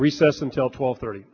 recess until twelve thirty